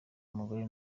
umugore